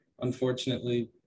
Unfortunately